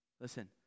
Listen